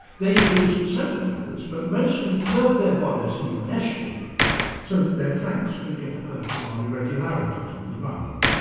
they use several methods, but most can curve their bodies into an an s-shape so that their flanks can get a purchase on irregularities on the ground.